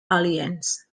alliance